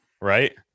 right